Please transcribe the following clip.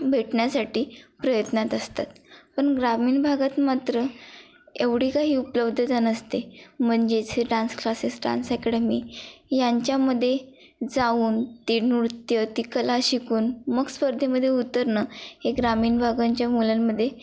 भेटण्यासाठी प्रयत्नात असतात पण ग्रामीण भागात मात्र एवढी काही उपलब्धता नसते म्हणजेच हे डान्स क्लासेस डान्स अकॅडमी यांच्यामध्ये जाऊन ती नृत्य ती कला शिकून मग स्पर्धेमध्ये उतरणं हे ग्रामीण भागांच्या मुलांमध्ये